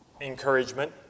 encouragement